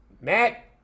Matt